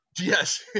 Yes